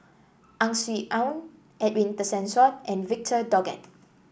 Ang Swee Aun Edwin Tessensohn and Victor Doggett